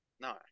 No